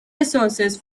resources